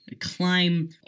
climb